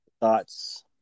thoughts